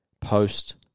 post